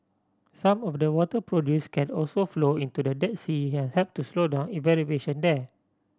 some of the water produced can also flow into the Dead Sea and help to slow down evaporation there